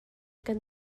kan